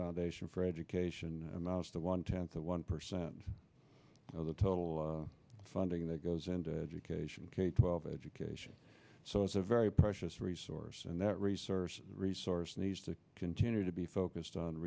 foundation for education amounts to one tenth of one percent of the total funding that goes into education k twelve education so it's a very precious resource and that research resource needs to continue to be focused on